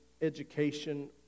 education